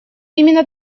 именно